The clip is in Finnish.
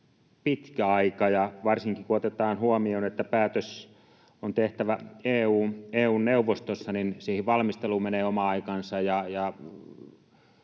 pitkä aika, varsinkin, kun otetaan huomioon, että päätös on tehtävä EU:n neuvostossa. Siihen valmisteluun menee oma aikansa